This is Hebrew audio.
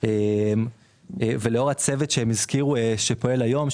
ולאור הצוות שפועל היום,